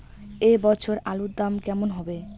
এ বছর আলুর দাম কেমন হবে?